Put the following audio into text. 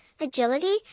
agility